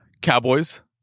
Cowboys